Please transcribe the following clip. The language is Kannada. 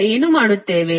ಈಗ ಏನು ಮಾಡುತ್ತೇವೆ